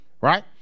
Right